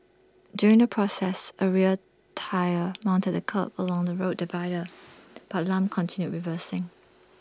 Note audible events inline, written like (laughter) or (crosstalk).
during the process A rear tyre mounted the kerb along the road divider (noise) but Lam continued reversing